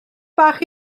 bach